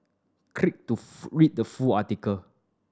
click to read the full article